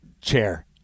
chair